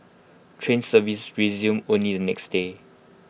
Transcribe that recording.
train services resumed only the next day